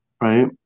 right